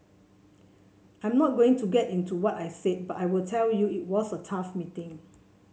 I'm not going to get into what I said but I will tell you it was a tough meeting